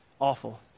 awful